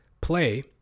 play